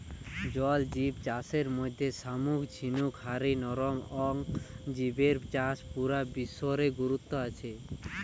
জল জিব চাষের মধ্যে শামুক ঝিনুক হারি নরম অং জিবের চাষ পুরা বিশ্ব রে গুরুত্ব আছে